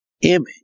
image